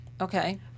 Okay